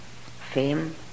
fame